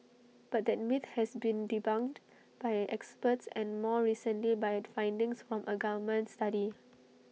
but that myth has been debunked by experts and more recently by findings from A government study